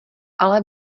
ale